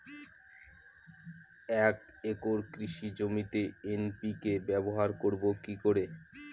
এক একর কৃষি জমিতে এন.পি.কে ব্যবহার করব কি করে?